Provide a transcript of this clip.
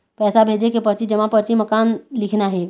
पैसा भेजे के परची जमा परची म का लिखना हे?